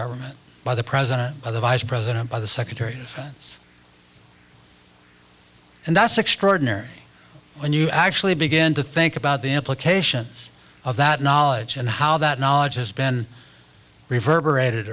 government by the president by the vice president by the secretary and that's extraordinary when you actually begin to think about the implications of that knowledge and how that knowledge has been reverberate